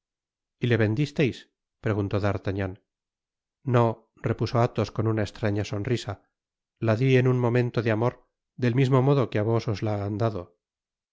y le vendisteis preguntó d'artagnan no repuso athos con una estraña sonrisa la di en un momento de amor del mismo modo que á vos os la han dado